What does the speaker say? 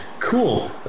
cool